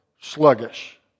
sluggish